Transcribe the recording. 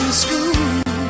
school